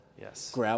Yes